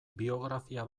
biografia